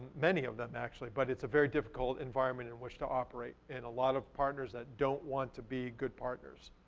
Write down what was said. many of them, actually, but it's a very difficult environment in which to operate, and a lot of partners that don't want to be good partners.